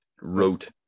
wrote